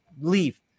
leave